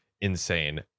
insane